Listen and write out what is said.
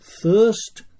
first